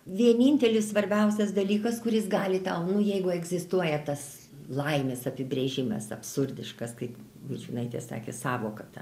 vienintelis svarbiausias dalykas kuris gali ten nu jeigu egzistuoja tas laimės apibrėžimas absurdiškas kaip vaičiūnaitė sakė sąvoka ta